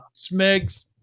Smegs